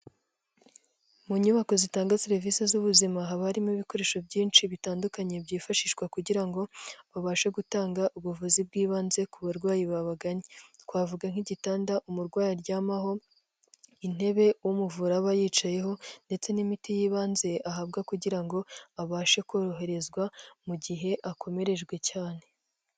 Mu nyubako zitanga serivisi z’ubuzima, haba harimo ibikoresho byinshi bitandukanye byifashishwa kugira ngo babashe gutanga ubuvuzi bw’ibanze ku barwayi babaganye. Twavuga nki'gitanda umurwayi aryamaho, intebe umuvura aba yicaraho, ndetse n’imiti y’ibanze ahabwa kugira ngo imufashe koroherezwa mu gihe akomerejwe cyane.